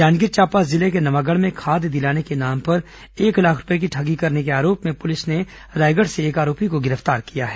जांजगीर चांपा जिले के नवागढ़ में खाद दिलाने के नाम पर एक लाख रूपये की ठगी करने के आरोप में पुलिस ने रायगढ़ से एक आरोपी को गिरफ्तार किया है